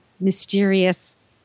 mysterious